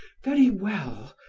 very well,